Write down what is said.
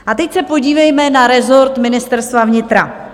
A teď se podívejme na rezort Ministerstva vnitra.